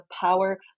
power